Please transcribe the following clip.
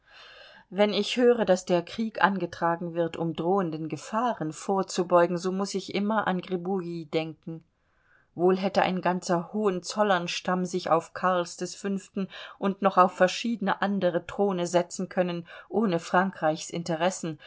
wenn ich höre daß der krieg angetragen wird um drohenden gefahren vorzubeugen so muß ich immer an gribouille denken wohl hätte ein ganzer hohenzollernstamm sich auf carls v und noch auf verschiedene andere throne setzen können ohne frankreichs interessen